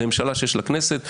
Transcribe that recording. זו ממשלה שיש לה כנסת.